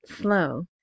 slow